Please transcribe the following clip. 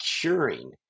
curing